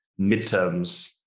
midterms